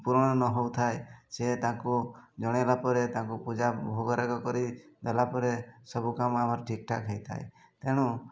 ପୂରଣ ନ ହଉଥାଏ ସେ ତାଙ୍କୁ ଜଣେଇଲା ପରେ ତାଙ୍କୁ ପୂଜା ଭୋଗରାଗ କରିଦେଲା ପରେ ସବୁ କାମ ଆମର ଠିକ୍ ଠାକ୍ ହେଇଥାଏ ତେଣୁ